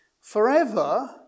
Forever